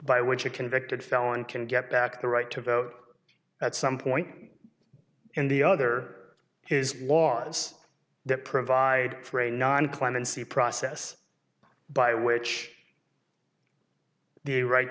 by which a convicted felon can get back the right to vote at some point and the other is laws that provide for a non clemency process by which the right